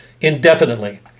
indefinitely